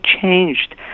changed